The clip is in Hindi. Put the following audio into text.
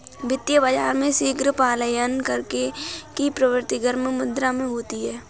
वित्तीय बाजार में शीघ्र पलायन करने की प्रवृत्ति गर्म मुद्रा में होती है